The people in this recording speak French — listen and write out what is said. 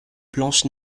blanche